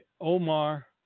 Omar